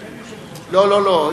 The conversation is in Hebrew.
אין יושבת-ראש, לא לא,